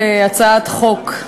הצעת חוק.